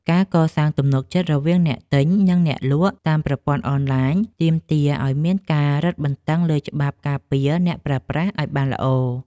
ការកសាងទំនុកចិត្តរវាងអ្នកទិញ និងអ្នកលក់តាមប្រព័ន្ធអនឡាញទាមទារឱ្យមានការរឹតបន្តឹងលើច្បាប់ការពារអ្នកប្រើប្រាស់ឱ្យបានល្អ។